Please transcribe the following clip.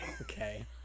Okay